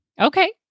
Okay